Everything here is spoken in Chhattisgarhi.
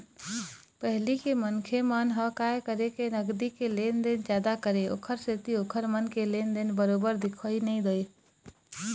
पहिली मनखे मन ह काय करय के नगदी के लेन देन जादा करय ओखर सेती ओखर मन के लेन देन बरोबर दिखउ नइ देवय